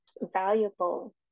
valuable